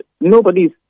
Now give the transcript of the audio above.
nobody's